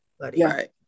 Right